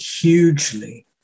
hugely